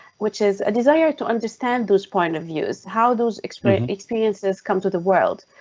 which is a desire to understand those point of views. how those experiences experiences come to the world.